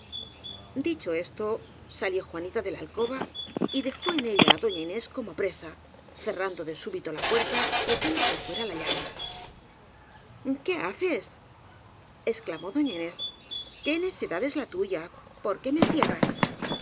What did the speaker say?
dicho esto salió juanita de la alcoba y dejó en ella á doña inés como presa cerrando de súbito la puerta y echando por fuera la llave q u é haces exclamó doña inés q ué ne cedad es la tuya por qué me encierras